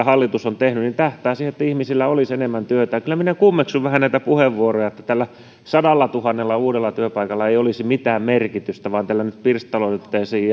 hallitus on tehnyt tähtäävät siihen että ihmisillä olisi enemmän työtä kyllä minä kummeksun vähän näitä puheenvuoroja että tällä sadallatuhannella uudella työpaikalla ei olisi mitään merkitystä vaan tällä nyt pirstaloitaisiin